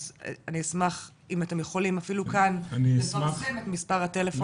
אז אני אשמח אם אתם יכולים אפילו כאן לפרסם את מספר הטלפון